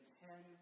ten